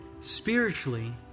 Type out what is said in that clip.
Spiritually